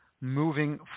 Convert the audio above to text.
moving